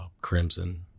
crimson